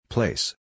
Place